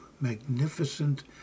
magnificent